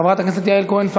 חבר הכנסת יהודה גליק,